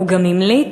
הוא גם המליץ,